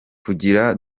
kugira